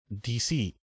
DC